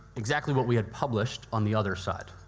exactly what we had published on the other side.